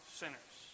sinners